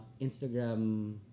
Instagram